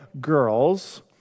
girls